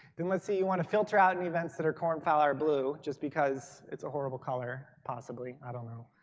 then let's say you want to filter out any and events that are corn flower blue just because it's a horrible color possibly, i don't know.